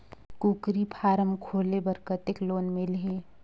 कूकरी फारम खोले बर कतेक लोन मिलही?